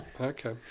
Okay